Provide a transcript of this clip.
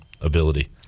ability